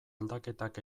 aldaketak